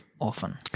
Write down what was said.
often